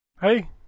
Hey